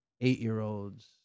eight-year-olds